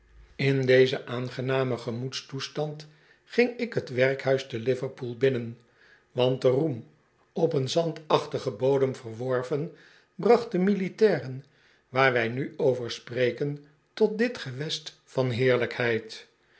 in dezen aangenamen gemoedstoestand ging ik t werkhuis te ij iverpool binnen want de roem op een zandachtigen bodem verworven bracht de militairen waar wij nu over spreken tot dit gewest van heerlijkheid